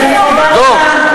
אני מודה לך,